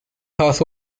has